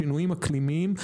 שינויים אקלימיים.